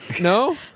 No